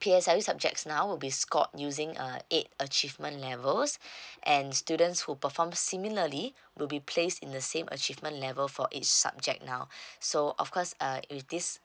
P_S_L_E subjects now will be scored using a eight achievement levels and students who perform similarly will be placed in the same achievement level for each subject now so of course uh if this